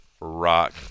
rock